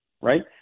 right